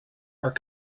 are